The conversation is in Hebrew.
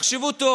תחשבו טוב.